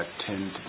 attend